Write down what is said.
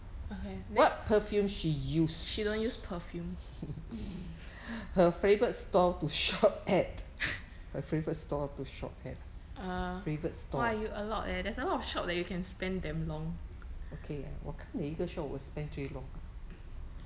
okay next she don't use perfume err !wah! you a lot eh there is a lot of shop that you can spend damn long